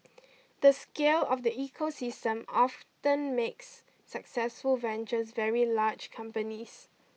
the scale of the ecosystem often makes successful ventures very large companies